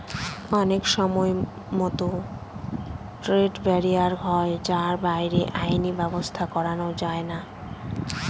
অনেক সময়তো trade barrier হয় যার বাইরে আইনি ব্যাবস্থা করা যায়না